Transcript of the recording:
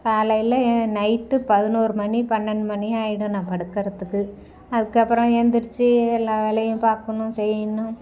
காலையில் ஏ நைட்டு பதினோரு மணி பன்னெரெண்டு மணி ஆகிடும் நான் படுக்கிறத்துக்கு அதுக்கப்புறோம் எந்திருச்சு எல்லாம் வேலையும் பார்க்கணும் செய்யணும்